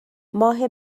ماه